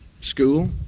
school